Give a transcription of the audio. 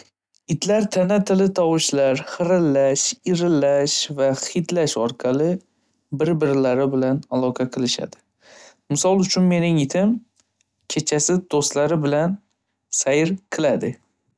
Itlar tana tili tovushlar hirilash, irillash va hidlash orqali bir-birlari bilan aloqa qilishadi. Misol uchun mening itim kechasi do'stlari bilan sayir qiladi.